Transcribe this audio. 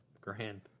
grand